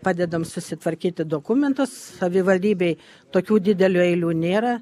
padedam susitvarkyti dokumentus savivaldybei tokių didelių eilių nėra